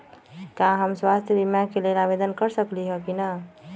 का हम स्वास्थ्य बीमा के लेल आवेदन कर सकली ह की न?